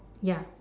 ya